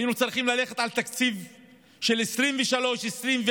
היינו צריכים ללכת על תקציב של 2023 2024,